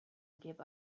gave